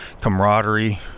camaraderie